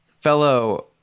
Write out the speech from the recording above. fellow